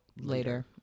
later